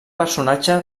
personatge